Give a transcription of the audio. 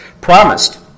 promised